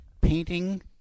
painting